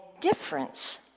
difference